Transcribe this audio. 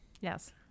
yes